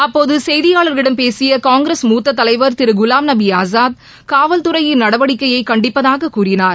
அப்போது செய்தியாளர்களிடம் பேசிய காங்கிரஸ் மூத்த தலைவர் திரு குவாம்நபி ஆசாத் காவல் தறையின் நடவடிக்கையை கண்டிப்பதாக கூறினார்